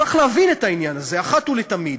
צריך להבין את העניין הזה אחת ולתמיד.